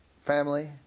family